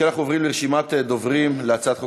אנחנו עוברים לרשימת דוברים בהצעת חוק